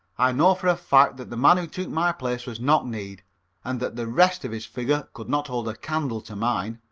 i know for a fact that the man who took my place was knock-kneed and that the rest of his figure could not hold a candle to mine.